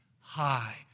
High